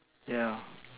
yeah